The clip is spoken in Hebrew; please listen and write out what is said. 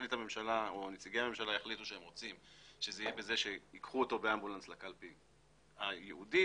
הממשלה או נציגי הממשלה שהם רוצים שייקחו אותו באמבולנס לקלפי הייעודית,